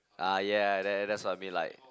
ah ya that that's what I mean like